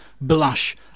Blush